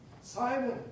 Simon